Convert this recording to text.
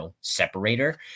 separator